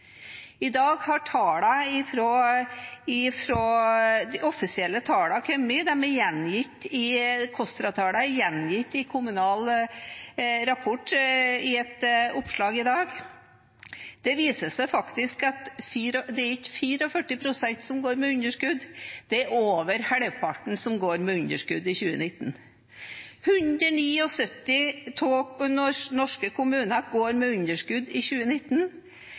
I dag har de offisielle tallene kommet. KOSTRA-tallene er gjengitt i Kommunal Rapport i et oppslag i dag, og det viser seg faktisk at det ikke var 44 pst. som gikk med underskudd. Det var over halvparten som gikk med underskudd i 2019. Det var 179 av norske kommuner som gikk med underskudd i 2019,